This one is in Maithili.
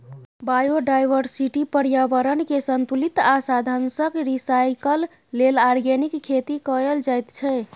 बायोडायवर्सिटी, प्रर्याबरणकेँ संतुलित आ साधंशक रिसाइकल लेल आर्गेनिक खेती कएल जाइत छै